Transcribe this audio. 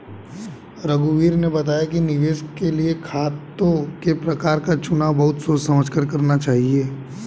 रघुवीर ने बताया कि निवेश के लिए खातों के प्रकार का चुनाव बहुत सोच समझ कर करना चाहिए